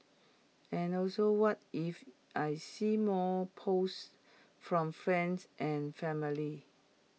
and know so what if I see more posts from friends and family